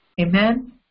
Amen